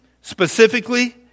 specifically